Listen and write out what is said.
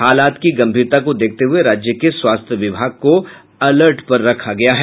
हालात की गंभीरता को देखते हुए राज्य के स्वास्थ्य विभाग को अलर्ट पर रखा गया है